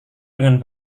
dengan